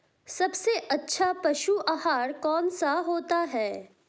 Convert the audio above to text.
सबसे अच्छा पशु आहार कौन सा होता है?